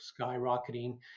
skyrocketing